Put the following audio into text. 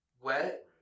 Wet